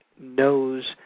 knows